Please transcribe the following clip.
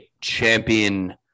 champion